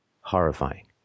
horrifying